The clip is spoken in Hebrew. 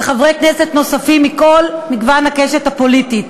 וחברי כנסת נוספים מכל מגוון הקשת הפוליטית.